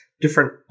different